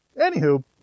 Anywho